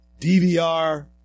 DVR